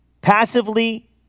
Passively